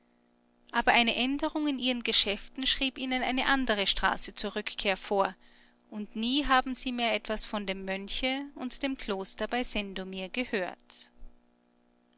aber eine änderung in ihren geschäften schrieb ihnen eine andere straße zur rückkehr vor und nie haben sie mehr etwas von dem mönche und dem kloster bei sendomir gehört